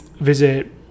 visit